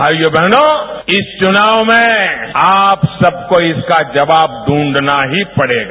भाइयों बहनों इस चुनाव में आप सबको इसका जवाब ढूंढना ही पड़ेगा